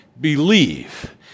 believe